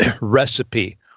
recipe